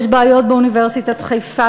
יש בעיות באוניברסיטת חיפה,